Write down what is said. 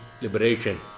liberation